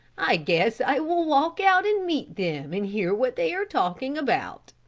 i guess i will walk out and meet them and hear what they are talking about.